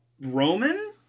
Roman